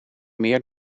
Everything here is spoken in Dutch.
meer